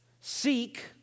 seek